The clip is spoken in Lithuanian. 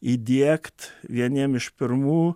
įdiegt vieniems iš pirmų